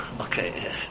Okay